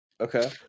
Okay